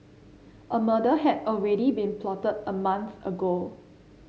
a murder had already been plotted a month ago